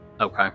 Okay